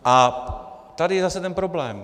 A tady je zase ten problém.